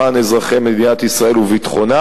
למען אזרחי מדינת ישראל וביטחונה,